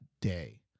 day